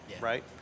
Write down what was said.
right